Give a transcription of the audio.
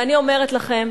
ואני אומרת לכם,